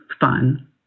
fun